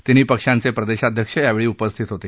तिन्ही पक्षांचे प्रदेशाध्यक्ष यावेळी उपस्थित होते